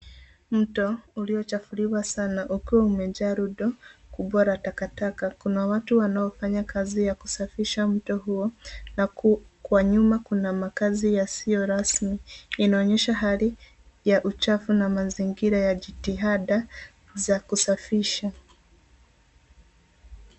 Mto uliochafuliwa sana ukiwa umejaa rundo kubwa la takataka. Kuna watu wanaofanya kazi ya kusafisha mto huo na kwa nyuma kuna makazi yasiyo rasmi. Inaonyesha hali ya uchafu na mazingira ya jitihada za kusafisha.